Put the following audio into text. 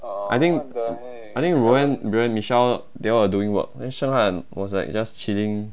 I think I think roanne michelle they all doing work then sheng han was like just chilling